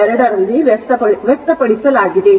2 ರಲ್ಲಿ ವ್ಯಕ್ತಪಡಿಸಲಾಗಿದೆ